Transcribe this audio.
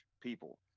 people